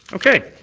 okay.